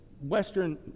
Western